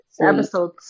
episode